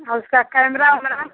और इसका कैमरा वगैरह